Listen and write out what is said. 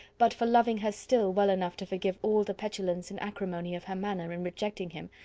but for loving her still well enough to forgive all the petulance and acrimony of her manner in rejecting him,